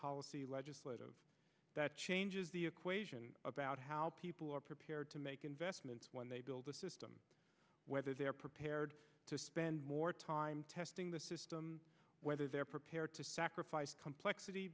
policy legit that changes the equation about how people are prepared to make investments when they build a system whether they're prepared to spend more time testing the system whether they're prepared to sacrifice complexity